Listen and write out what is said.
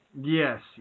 Yes